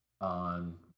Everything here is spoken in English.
on